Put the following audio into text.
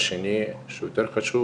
לפני שנתחיל איתך ואת תהיי הראשונה שתדבר,